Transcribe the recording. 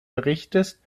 berichtes